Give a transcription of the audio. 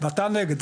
ו'אתה נגד?